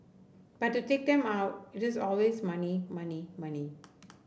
but to take them out it is always money money money